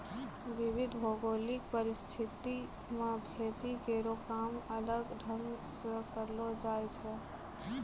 विविध भौगोलिक परिस्थिति म खेती केरो काम अलग ढंग सें करलो जाय छै